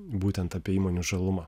būtent apie įmonių žalumą